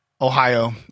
Ohio